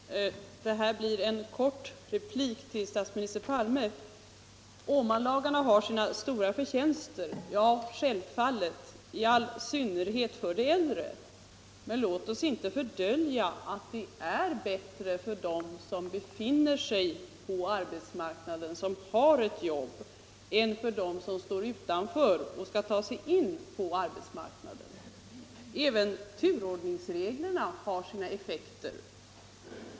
Herr talman! Det här blir en kort replik till statsminister Palme. Åmanlagarna har sina stora förtjänster, sade statsministern. Självfallet, i all synnerhet för de äldre. Men låt oss inte fördölja att de är bättre för dem som befinner sig på arbetsmarknaden, som har ett jobb, än för dem som står utanför och skall ta sig in på arbetsmarknaden. Även turordningsreglerna har sina effekter.